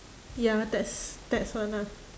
ya that's that's one ah